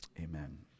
amen